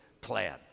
plan